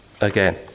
again